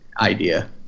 idea